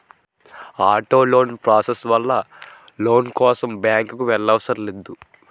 auto loan process వల్ల loan కోసం బ్యాంకుకి వెళ్ళక్కర్లేదు